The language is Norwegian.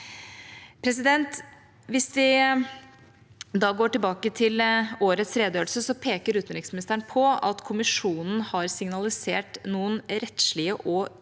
analysen? Hvis vi går tilbake til årets redegjørelse, peker utenriksministeren på at kommisjonen har signalisert noen rettslige og tekniske